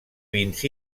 vins